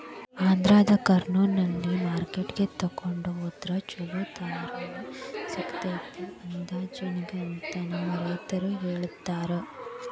ಆಂಧ್ರದ ಕರ್ನೂಲ್ನಲ್ಲಿನ ಮಾರ್ಕೆಟ್ಗೆ ತೊಗೊಂಡ ಹೊದ್ರ ಚಲೋ ಧಾರಣೆ ಸಿಗತೈತಿ ಅಜವಾನಿಗೆ ಅಂತ ನಮ್ಮ ರೈತರು ಹೇಳತಾರ